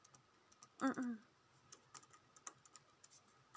mm mm